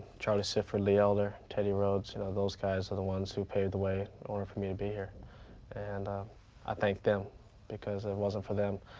charlie sifford lee elder teddy roads. you know, those guys are the ones who paved the way in order for me to be here and i. thank them because it wasn't for them.